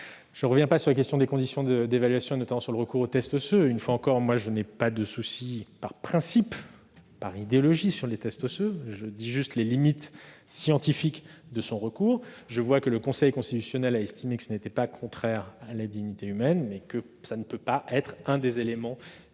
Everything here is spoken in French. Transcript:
Je ne reviens pas sur la question des conditions d'évaluation, notamment sur le recours aux tests osseux. Une fois encore, je n'ai pas de souci, par principe ou par idéologie, avec les tests osseux ; je mentionne simplement les limites scientifiques de son recours. Je constate que le Conseil constitutionnel a estimé que ce n'était pas contraire à la dignité humaine, mais que cela ne peut pas être l'élément unique